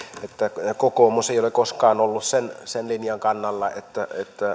että kokoomus ei ole koskaan ollut sen sen linjan kannalla että